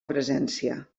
presència